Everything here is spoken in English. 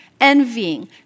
Envying